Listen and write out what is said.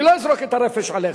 אני לא אזרוק את הרפש עליך.